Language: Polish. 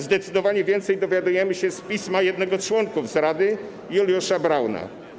Zdecydowanie więcej dowiadujemy się z pisma jednego z członków rady Juliusza Brauna.